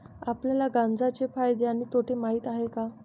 आपल्याला गांजा चे फायदे आणि तोटे माहित आहेत का?